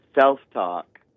Self-talk